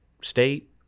state